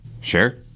Sure